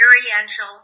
experiential